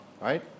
right